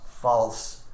false